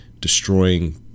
destroying